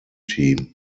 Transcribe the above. team